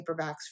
paperbacks